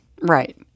Right